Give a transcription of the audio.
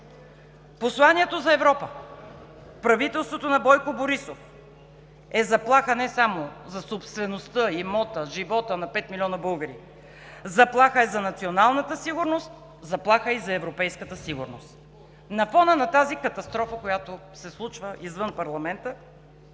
Посланието за Европа? Правителството на Бойко Борисов е заплаха не само за собствеността, имота, живота на 5 милиона българи, заплаха е за националната сигурност, заплаха е и за европейската сигурност. На фона на тази катастрофа, която се случва извън парламента,